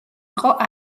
იყო